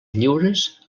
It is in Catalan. lliures